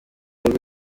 nirwo